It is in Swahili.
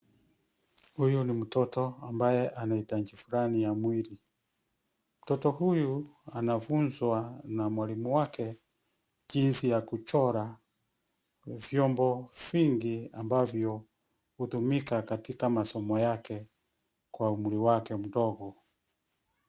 Huyu ni mtoto amabaye ana hitaji fulani ya mwili. Mtoto huyu anafunzwa na mwalimu wake jinsi ya kuchora vyombo vingi ambavyo hutumika katika masomo yake kwa umri wake mdogo.